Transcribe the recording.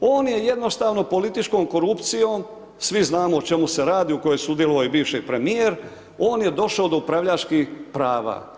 On je jednostavno političkom korupcijom svim znamo o čemu se radi u kojoj je sudjelovao i bivši premijer on je došao do upravljačkih prava.